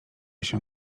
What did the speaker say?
się